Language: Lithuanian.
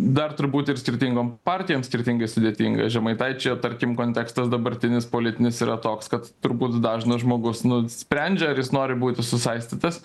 dar turbūt ir skirtingom partijom skirtingai sudėtinga žemaitaičio tarkim kontekstas dabartinis politinis yra toks kad turbūt dažnas žmogus nu sprendžia ar jis nori būti susaistytas